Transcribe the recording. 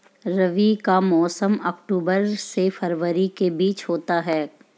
रबी का मौसम अक्टूबर से फरवरी के बीच होता है